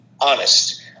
honest